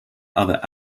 other